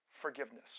forgiveness